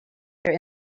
their